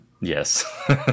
yes